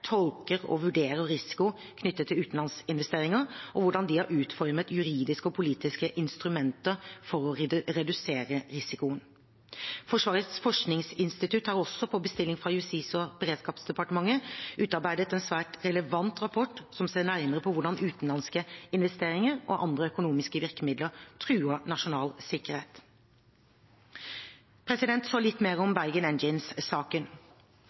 tolker og vurderer risiko knyttet til utenlandsinvesteringer, og hvordan de har utformet juridiske og politiske instrumenter for å redusere risikoen. Forsvarets forskningsinstitutt har også, på bestilling fra Justis- og beredskapsdepartementet, utarbeidet en svært relevant rapport som ser nærmere på hvordan utenlandske investeringer og andre økonomiske virkemidler truer nasjonal sikkerhet. Så litt mer